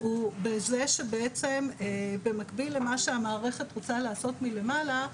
הוא בזה שבעצם במקביל למה שהמערכת רוצה לעשות מלמעלה,